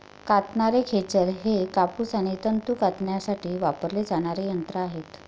कातणारे खेचर हे कापूस आणि तंतू कातण्यासाठी वापरले जाणारे यंत्र आहे